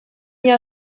jahr